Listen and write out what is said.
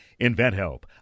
InventHelp